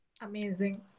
Amazing